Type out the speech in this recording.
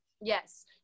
Yes